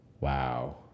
wow